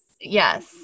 yes